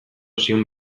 zion